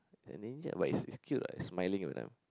endangered but is is cute lah it is smiling at them